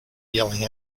yelling